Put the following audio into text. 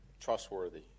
trustworthy